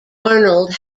arnold